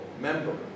member